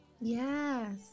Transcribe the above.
yes